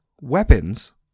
weapons